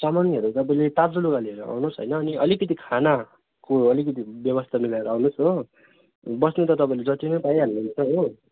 सामानहरू तपाईँले तातो लुगा लिएर आउनुहोस् होइन अनि अलिकति खानाको अलिकिति व्यवस्था मिलाएर आउनुहोस् हो बस्नु त तपाईँले जति नै पाइहाल्नु हुन्छ हो